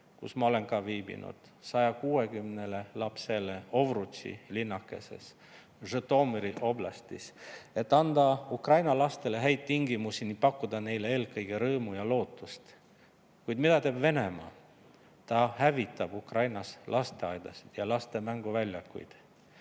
kus ma olen ise ka viibinud, 160 lapsele Ovtrutši linnakeses Žõtomõri oblastis, et anda sealsetele lastele häid tingimusi ning pakkuda neile eelkõige rõõmu ja lootust. Kuid mida teeb Venemaa? Ta hävitab Ukrainas lasteaedasid ja laste mänguväljakuid.